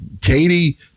Katie